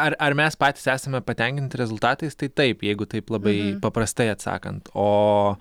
ar ar mes patys esame patenkinti rezultatais tai taip jeigu taip labai paprastai atsakant o